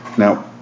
Now